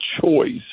choice